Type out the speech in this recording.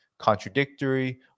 contradictory